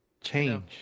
Change